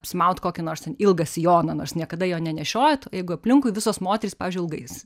apsimaut kokį nors ilgą sijoną nors niekada jo nenešiojot jeigu aplinkui visos moterys pavyzdžiui ilgais